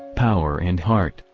power and heart,